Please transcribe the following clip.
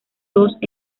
dos